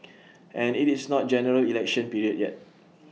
and IT is not General Election period yet